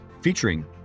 featuring